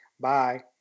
bye